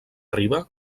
riba